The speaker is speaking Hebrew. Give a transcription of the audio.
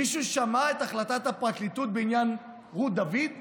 מישהו שמע את החלטת הפרקליטות בעניין רות דוד?